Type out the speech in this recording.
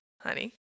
honey